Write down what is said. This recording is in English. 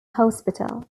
hospital